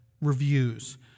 reviews